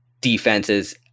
defenses